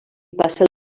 passa